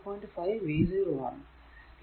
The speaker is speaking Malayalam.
5 v 0 ആണ്